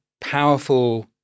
powerful